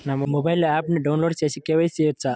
నా మొబైల్లో ఆప్ను డౌన్లోడ్ చేసి కే.వై.సి చేయచ్చా?